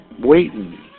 waiting